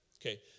Okay